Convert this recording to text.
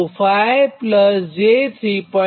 25 j 3